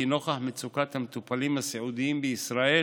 נוכח מצוקת המטופלים הסיעודיים בישראל